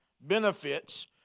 benefits